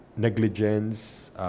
Negligence